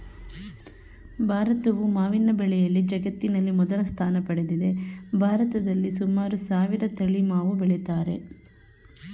ಭಾರತವು ಮಾವಿನ ಬೆಳೆಯಲ್ಲಿ ಜಗತ್ತಿನಲ್ಲಿ ಮೊದಲ ಸ್ಥಾನ ಪಡೆದಿದೆ ಭಾರತದಲ್ಲಿ ಸುಮಾರು ಸಾವಿರ ತಳಿ ಮಾವು ಬೆಳಿತಾರೆ